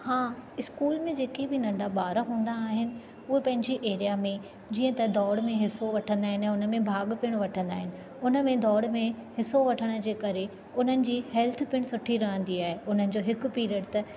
हां स्कूल में जेके बि नंढा ॿार हूंदा आहिनि उहे पंहिंजी एरिया में जीअं त दौड़ में हिसो वठंदा आहिनि उन में भाॻु पिणु वठंदा आहिनि उन में दौड़ में हिसो वठण जे करे उन्हनि जी हैल्थ पिणु सुठी रहंदी आहे उन जो हिकु पीरियड त